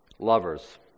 lovers